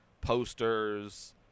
posters